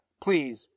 please